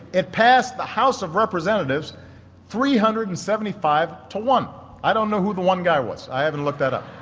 it passed the house of representatives three hundred and seventy five to one. i don't know who the one guy was. i haven't looked that up